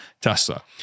tesla